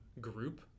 group